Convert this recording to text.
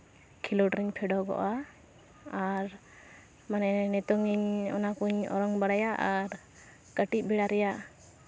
ᱠᱷᱮᱞᱳᱰ ᱨᱤᱧ ᱯᱷᱮᱰᱚᱜᱚᱜᱼᱟ ᱟᱨ ᱢᱟᱱᱮ ᱱᱤᱛᱚᱝ ᱤᱧ ᱚᱱᱟ ᱠᱚᱧ ᱚᱨᱚᱝ ᱵᱟᱲᱟᱭᱟ ᱟᱨ ᱠᱟᱹᱴᱤᱡ ᱵᱮᱲᱟ ᱨᱮᱭᱟᱜ